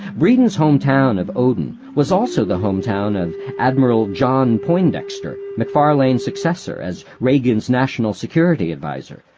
breeden's home town of odon was also the home town of admiral john poindexter, mcfarlane's successor as reagan's national security adviser,